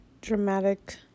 dramatic